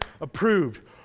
approved